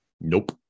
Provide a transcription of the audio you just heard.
Nope